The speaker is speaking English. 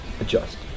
adjust